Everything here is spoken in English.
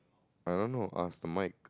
I don't know ask to Mike